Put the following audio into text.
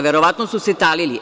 Verovatno su se talili.